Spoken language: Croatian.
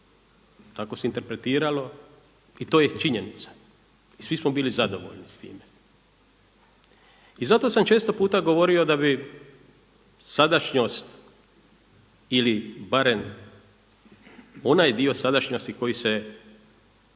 tako se interpretiralo i to je činjenica i svi smo bili zadovoljni sa time. I zato sam često puta govorio da bi sadašnjost ili barem onaj dio sadašnjosti koji se odnosi na